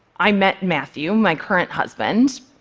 i met matthew, my current husband